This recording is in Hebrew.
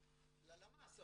ללמ"ס,